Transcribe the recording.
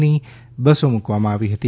ની બસો મૂકવામાં આવી હતી